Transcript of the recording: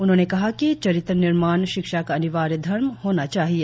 उन्होंने कहा कि चरित्र निर्माण शिक्षा का अनिवार्य धर्म होना चाहिए